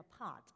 apart